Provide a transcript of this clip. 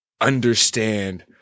understand